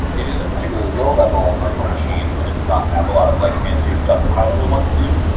it is a particularly low-level virtual machine and does not have a lot of like fancier stuff that high levels ones do,